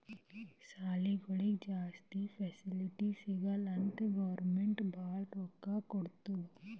ಸಾಲಿಗೊಳಿಗ್ ಜಾಸ್ತಿ ಫೆಸಿಲಿಟಿ ಸಿಗ್ಲಿ ಅಂತ್ ಗೌರ್ಮೆಂಟ್ ಭಾಳ ರೊಕ್ಕಾ ಕೊಡ್ತುದ್